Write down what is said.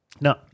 No